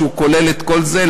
שכולל את כל זה,